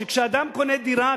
כאשר אדם קונה דירה,